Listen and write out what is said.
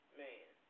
man